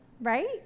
right